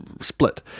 split